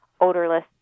odorless